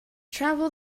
trample